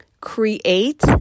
create